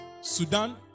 Sudan